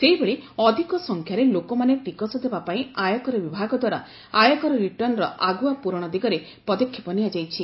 ସେହିଭଳି ଅଧିକ ସଂଖ୍ୟାରେ ଲୋକମାନେ ଟିକସ ଦେବା ପାଇଁ ଆୟକର ବିଭାଗ ଦ୍ୱାରା ଆୟକର ରିଟର୍ଣ୍ଣର ଆଗୁଆ ପ୍ରରଣ ଦିଗରେ ପଦକ୍ଷେପ ନିଆଯାଇଛି